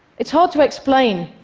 it's hard to explain,